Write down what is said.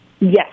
Yes